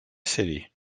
city